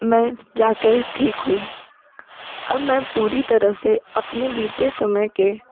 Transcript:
मैं जाकर ठीक हुई अब मैं पूरी तरह से अपने बीते समय के